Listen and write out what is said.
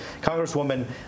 Congresswoman